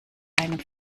einem